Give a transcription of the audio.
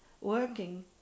working